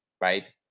right